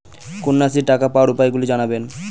কন্যাশ্রীর টাকা পাওয়ার উপায়গুলি জানাবেন?